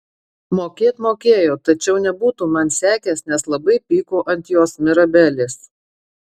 mokėt mokėjo tačiau nebūtų man sekęs nes labai pyko ant jos mirabelės